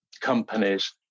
companies